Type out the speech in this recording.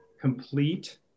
complete